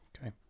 okay